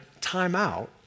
timeout